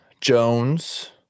Jones